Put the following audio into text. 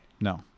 no